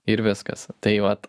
ir viskas taip vat